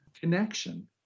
connection